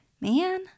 man